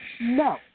No